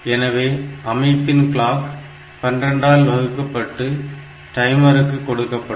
எனவே அமைப்பின் கிளாக் 12 ஆல் வகுக்கப்பட்டு டைமருக்கு கொடுக்கப்படும்